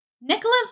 Nicholas